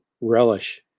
relish